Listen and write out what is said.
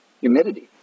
Humidity